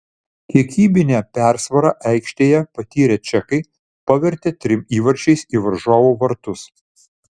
kiekybinę persvarą aikštėje patyrę čekai pavertė trim įvarčiais į varžovų vartus